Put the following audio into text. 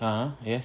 a'ah yes